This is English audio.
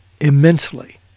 immensely